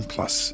Plus